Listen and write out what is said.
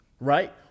Right